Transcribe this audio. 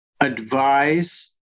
advise